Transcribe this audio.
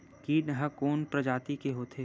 कीट ह कोन प्रजाति के होथे?